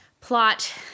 Plot